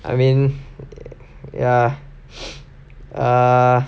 I mean ya uh